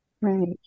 Right